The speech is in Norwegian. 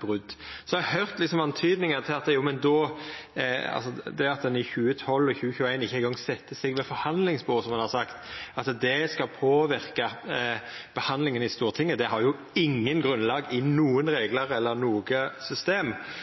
brot. Så har eg høyrt antydningar om at det at ein i 2012 og 2021 ikkje eingong sette seg ved forhandlingsbordet, som ein har sagt, skal påverka behandlinga i Stortinget. Det har ikkje grunnlag i